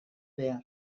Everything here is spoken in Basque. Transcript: behar